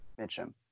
Mitchum